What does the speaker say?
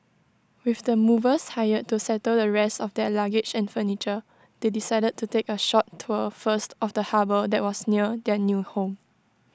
with the movers hired to settle the rest of their luggage and furniture they decided to take A short tour first of the harbour that was near their new home